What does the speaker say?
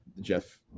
jeff